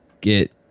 get